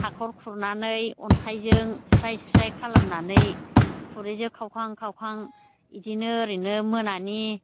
हाखर खुरनानै अनथाइजों स्राय स्राय खालामनानै खुरैजों खावखां खावखां बिदिनो ओरैनो मोनानि